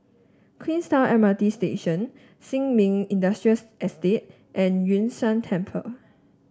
Queenstown M R T Station Sin Ming Estate and Yun Shan Temple